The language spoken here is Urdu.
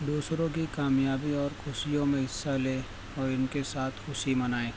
دوسروں کی کامیابی اور خوشیوں میں حصہ لے اور ان کے ساتھ خوشی منائیں